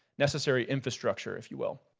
necessary infrastructure, if you will.